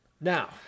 Now